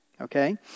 okay